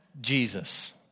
Jesus